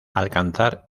alcanzar